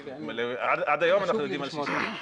עד היום אנחנו יודעים על שישה.